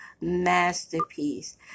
Masterpiece